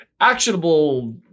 actionable